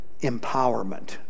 empowerment